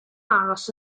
aros